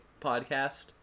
podcast